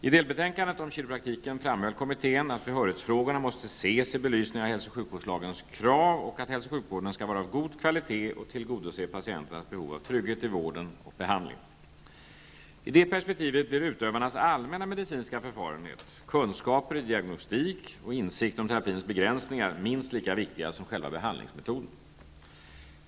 I delbetänkandet om kiropraktiken framhöll kommittén, att behörigshetsfrågorna måste ses i belysningen av hälso och sjukvårdslagens krav och att hälso och sjukvården skall vara av god kvalitet och tillgodose patienternas behov av trygghet i vården och behandlingen . I det perspektivet blir utövarnas allmänna medicinska förfarande, kunskaper i diagnostik och insikter om terapins begränsningar minst lika viktiga som själva behandlingsmetoden.